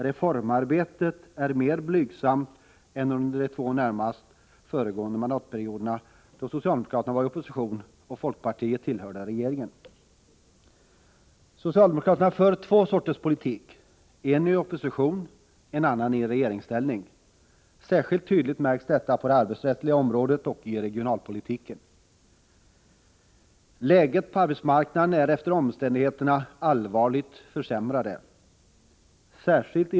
Reformarbetet är mer blygsamt nu än under de två — Nr 162 närmast föregående mandatperioderna, då socialdemokraterna var i opposition och folkpartiet tillhörde regeringen. Socialdemokraterna för två sorters politik — en i opposition och en annan i regeringsställning. Särskilt tydligt märks detta på det arbetsrättsliga området och i regionalpolitiken. Läget på arbetsmarknaden är efter omständigheterna allvarligt försämrat.